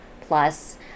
plus